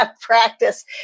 Practice